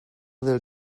del